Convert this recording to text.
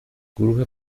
گروه